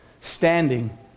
standing